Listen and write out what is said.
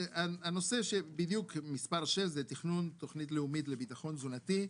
נושא מספר 6 הוא תכנון תוכנית לאומית לביטחון תזונתי.